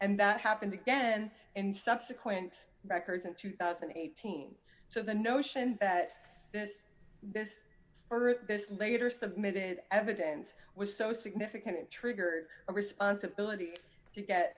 and that happened again in subsequent records in two thousand and eighteen so the notion that this earth later submitted evidence was so significant it triggered a responsibility to get